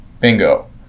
Bingo